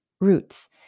roots